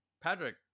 Patrick